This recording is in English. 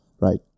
right